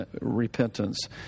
repentance